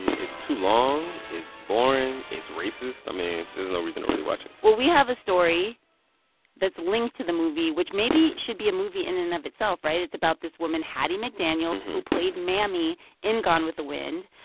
it's too long. it's boring. it's racist. i mean, there's no reason to really watch it well, we have a story that's linked to the movie which maybe should be a movie in and of itself, right? it's about this woman, hattie mcdaniel, who played mammy in gone with the wind.